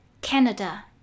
Canada